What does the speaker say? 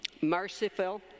merciful